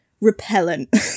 repellent